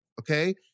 okay